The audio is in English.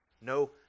no